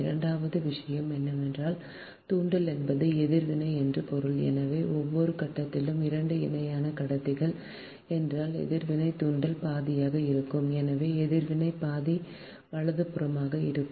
இரண்டாவது விஷயம் என்னவென்றால் தூண்டல் என்பது எதிர்வினை என்று பொருள் எனவே ஒவ்வொரு கட்டத்திலும் 2 இணையான கடத்திகள் என்றால் எதிர்வினை தூண்டல் பாதியாக இருக்கும் எனவே எதிர்வினை பாதி வலதுபுறமாக இருக்கும்